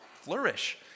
flourish